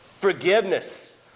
forgiveness